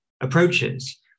approaches